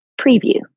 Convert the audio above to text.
preview